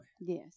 Yes